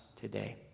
today